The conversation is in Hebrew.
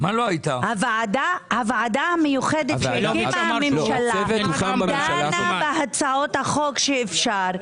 הוועדה המיוחדת שהקימה הממשלה דנה בהצעות החוק שאפשר,